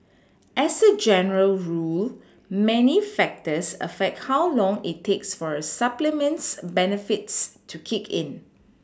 as a general rule many factors affect how long it takes for a supplement's benefits to kick in